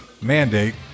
mandate